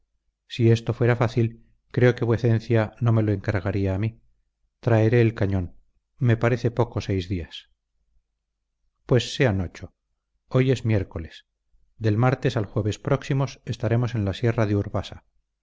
si esto fuera fácil creo que vuecencia no me lo encargaría a mí traeré el cañón me parece poco seis días pues sean ocho hoy es miércoles del martes al jueves próximos estaremos en la sierra de urbasa